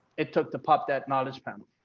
it took the pop that knowledge panel